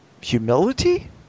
humility